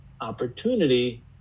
opportunity